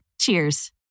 Cheers